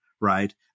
right